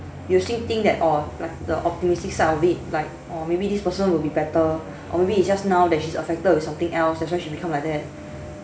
you still think that orh like the optimistic side of it like orh maybe this person will be better or maybe it's just now that she's affected with something else that's why she become like that